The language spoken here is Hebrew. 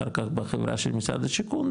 אחר כך בחברה של משרד השיכון,